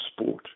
sport